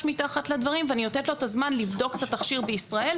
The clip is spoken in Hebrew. מתחת לדברים ואני נותנת לו את הזמן לבדוק את התכשיר בישראל.